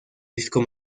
disco